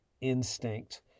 instinct